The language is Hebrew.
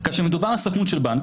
כאשר מדובר על סוכנות של בנק,